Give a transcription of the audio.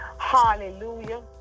hallelujah